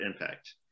impact